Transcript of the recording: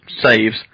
saves